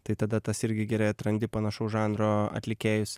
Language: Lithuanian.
tai tada tas irgi gerai atrandi panašaus žanro atlikėjus